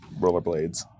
rollerblades